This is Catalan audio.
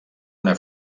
una